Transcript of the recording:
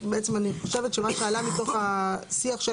בעצם אני חושבת שמה שעלה מתוך השיח של